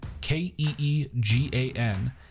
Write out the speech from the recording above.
K-E-E-G-A-N